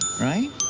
right